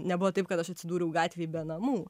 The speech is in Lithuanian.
nebuvo taip kad aš atsidūriau gatvėj be namų